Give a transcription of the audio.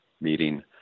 meeting